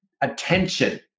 attention